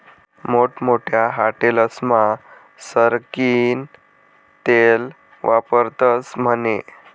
मोठमोठ्या हाटेलस्मा सरकीनं तेल वापरतस म्हने